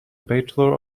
bachelor